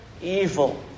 evil